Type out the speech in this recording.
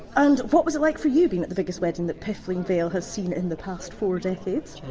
and what was it like for you being at the biggest wedding that piffling vale has seen in the past four decades?